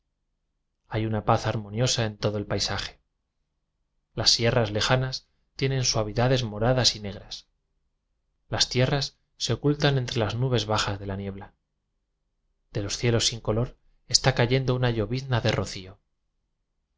hay una paz harmoniosa en todo el pai saje las sierras lejanas tienen suavidades moradas y negras las tierras se ocultan entre las nubes bajas de la niebla de los cielos sin color está cayendo una llovizna de ro